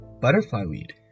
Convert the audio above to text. butterfly-weed